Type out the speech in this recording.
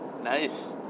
Nice